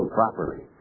properly